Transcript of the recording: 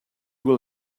will